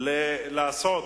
לעשות